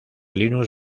linux